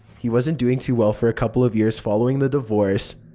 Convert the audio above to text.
he wasn't doing too well for a couple of years following the divorce,